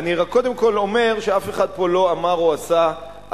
אני רק קודם כול אומר שאף אחד פה לא אמר או עשה אחרת.